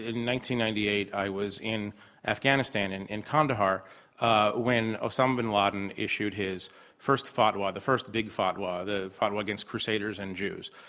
ninety ninety eight, i was in afghanistan, and in kandahar ah when osama bin laden issued his first fatwa, the first big fatwa, the fatwa against crusaders and jews.